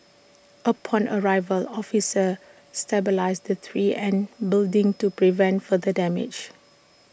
upon arrival officers stabilised the tree and building to prevent further damage